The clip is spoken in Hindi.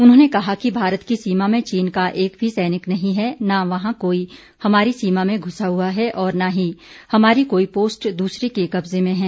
उन्होंने कहा कि भारत की सीमा में चीन का एक भी सैनिक नहीं है न वहां कोई हमारी सीमा में घुसा हुआ है और न ही हमारी कोई पोस्ट दूसरे के कब्जे में है